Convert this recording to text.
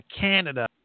Canada